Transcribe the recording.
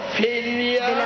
failure